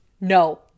no